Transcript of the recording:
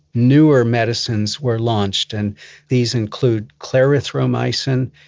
newer medicines were launched, and these include clarithromycin,